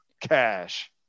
cash